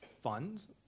funds